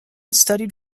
studied